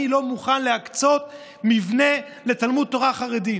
אני לא מוכן להקצות מבנה לתלמוד תורה חרדי.